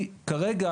כרגע,